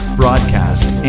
broadcast